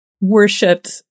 worshipped